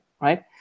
right